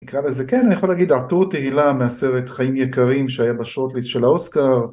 נקרא לזה, כן, אני יכול להגיד, ארתור תהילה מהסרט חיים יקרים שהיה בשורטליסט של האוסקר.